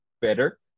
better